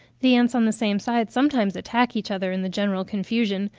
the ants on the same side sometimes attack each other in the general confusion,